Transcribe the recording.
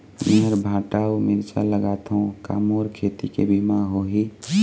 मेहर भांटा अऊ मिरचा लगाथो का मोर खेती के बीमा होही?